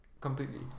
completely